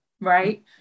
right